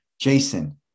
Jason